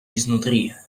изнутри